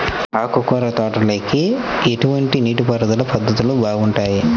ఆకుకూరల తోటలకి ఎటువంటి నీటిపారుదల పద్ధతులు బాగుంటాయ్?